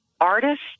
artist